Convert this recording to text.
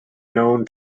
known